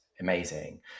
amazing